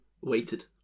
weighted